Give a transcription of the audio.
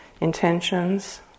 intentions